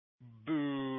Boo